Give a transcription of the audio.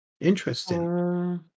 Interesting